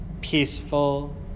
peaceful